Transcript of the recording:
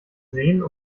sehen